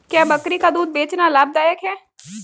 क्या बकरी का दूध बेचना लाभदायक है?